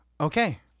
Okay